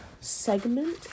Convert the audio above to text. segment